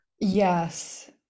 yes